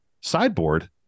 sideboard